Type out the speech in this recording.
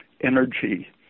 energy